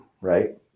right